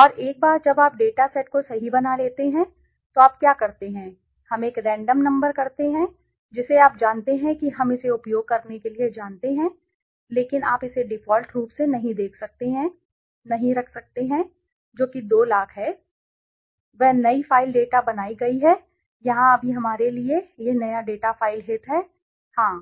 और एक बार जब आप इस डेटा सेट को सही बना लेते हैं तो आप क्या करते हैं हम एक रैंडम नंबर करते हैं जिसे आप जानते हैं कि हम इसे उपयोग करने के लिए जानते हैं लेकिन आप इसे डिफ़ॉल्ट रूप से नहीं रख सकते हैं जो कि 2 लाख है जो सही है वह है नई डेटा फ़ाइल बनाई गई है यहाँ अभी हमारे लिए यह नया डेटा फ़ाइल हित है हाँ